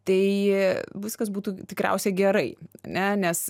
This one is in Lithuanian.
tai viskas būtų tikriausiai gerai ane nes